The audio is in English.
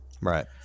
Right